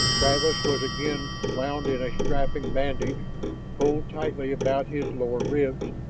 travis was again wound in a strapping bandage pulled tightly about his lower ribs,